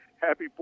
Happy